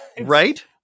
Right